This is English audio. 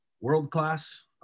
world-class